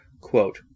Quote